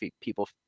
people